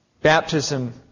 Baptism